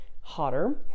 hotter